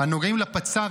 הנוגעים לפצ"רית,